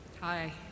Hi